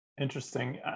interesting